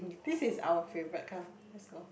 this is our favorite kind let's go